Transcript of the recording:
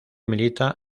milita